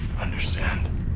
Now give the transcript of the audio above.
Understand